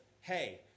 hey